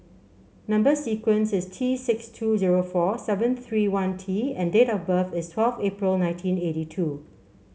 number sequence is T six two zero four seven three one T and date of birth is twelve April nineteen eighty two